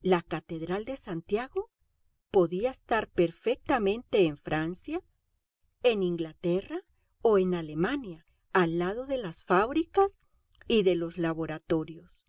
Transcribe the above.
la catedral de santiago podía estar perfectamente en francia en inglaterra o en alemania al lado de las fábricas y de los laboratorios